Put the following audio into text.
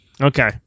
Okay